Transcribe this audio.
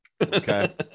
Okay